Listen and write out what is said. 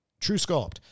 TrueSculpt